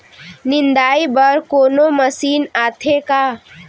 निंदाई बर कोनो मशीन आथे का?